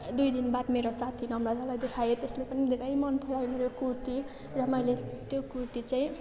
दुई दिन बाद मेरो साथी नम्रतालाई देखाएँ त्यसले पनि धेरै मनपरायो मेरो कुर्ती र मैले त्यो कुर्ती चाहिँ